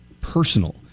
personal